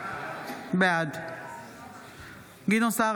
בעד גדעון סער,